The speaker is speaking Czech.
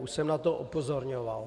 Už jsem na to upozorňoval.